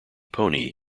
pony